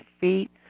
feet